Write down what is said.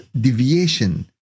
deviation